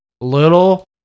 little